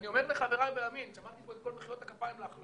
אני אומר לחברי בימין שמעתי פה את כל מחיאות הכפיים להחלטה